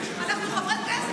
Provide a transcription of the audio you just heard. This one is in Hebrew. אנחנו חברי כנסת,